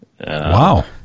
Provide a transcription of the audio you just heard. Wow